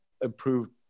improved